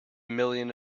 million